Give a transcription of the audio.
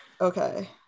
Okay